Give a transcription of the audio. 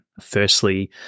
Firstly